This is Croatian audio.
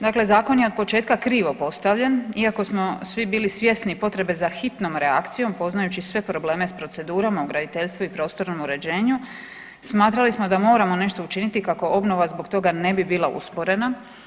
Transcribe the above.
Dakle, zakon je od početka krivo postavljen iako smo svi bili svjesni potrebe za hitnom reakcijom poznajući sve probleme s procedurama u graditeljstvu i prostornom uređenju smatrali smo da moramo nešto učiniti kako obnova zbog toga ne bi bila usporena.